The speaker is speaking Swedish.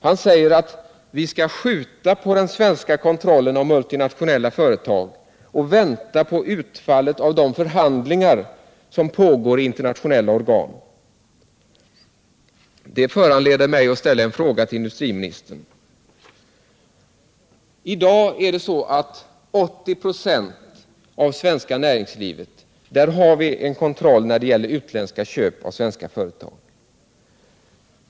Han säger att vi skall skjuta på den svenska kontrollen av multinationella företag och vänta på utfallet av de förhandlingar som pågår i internationella organ. Det föranleder mig att ställa en fråga till industriministern. I dag har vi i fråga om 80 96 av det svenska näringslivet en kontroll när det gäller utländska köp av svenska företag.